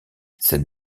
cette